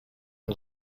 ein